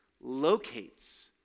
locates